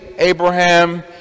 Abraham